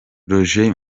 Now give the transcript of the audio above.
roger